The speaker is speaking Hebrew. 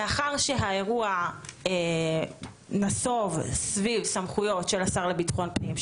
מאחר שהאירוע נסוב סביב סמכויות של השר לביטחון פנים,